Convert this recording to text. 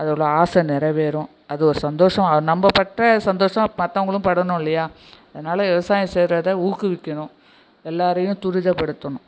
அதோடய ஆசை நிறவேறும் அது ஒரு சந்தோசம் அது நம்ம பட்ட சந்தோசம் மற்றவங்களுக்கு படணுல்லையா அதனால் விவசாயம் செய்கிறத ஊக்குவிக்கணும் எல்லோரையும் துரிதப்படுத்தணும்